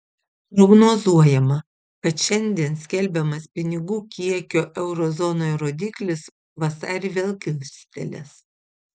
prognozuojama kad šiandien skelbiamas pinigų kiekio euro zonoje rodiklis vasarį vėl kilstelės